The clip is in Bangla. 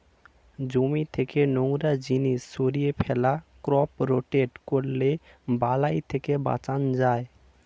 জমি থেকে নোংরা জিনিস সরিয়ে ফেলা, ক্রপ রোটেট করলে বালাই থেকে বাঁচান যায়